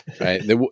right